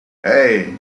hey